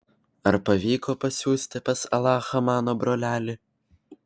ar pavyko pasiųsti pas alachą mano brolelį